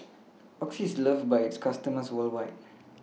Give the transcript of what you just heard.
Oxy IS loved By its customers worldwide